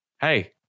Hey